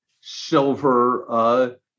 silver